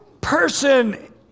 person